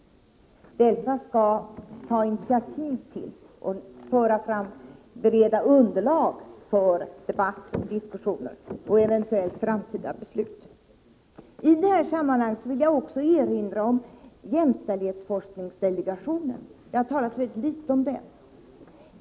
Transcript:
DELFA skall ta initiativ till och bereda underlag för debatter och diskussioner och eventuellt framtida beslut. I det här sammanhanget vill jag också erinra om jämställdhetsforskningsdelegationen. Det har talats mycket litet om den.